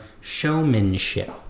showmanship